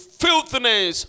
filthiness